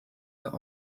der